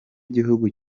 gihugu